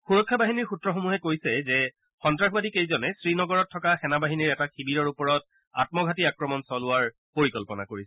সুৰক্ষা বাহিনীৰ সূত্ৰসমূহে কৈছে যে সন্তাসবাদী কেইজনে শ্ৰীনগৰত থকা সেনাবাহিনীৰ এটা শিবিৰৰ ওপৰত আম্মঘাতী আক্ৰমণ চলোৱাৰ পৰিকল্পনা কৰিছিল